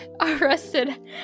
arrested